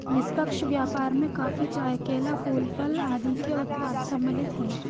निष्पक्ष व्यापार में कॉफी, चाय, केला, फूल, फल आदि के उत्पाद सम्मिलित हैं